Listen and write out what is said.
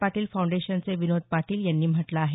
पाटील फाऊंडेशनचे विनोद पाटील यांनी म्हटलं आहे